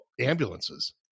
ambulances